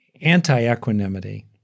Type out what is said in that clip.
anti-equanimity